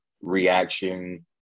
reaction